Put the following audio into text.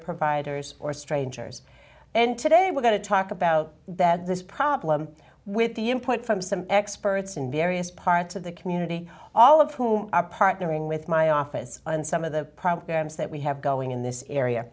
providers or strangers and today we're going to talk about that this problem with the input from some experts in various parts of the community all of whom are partnering with my office and some of the programs that we have going in this area